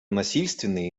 насильственные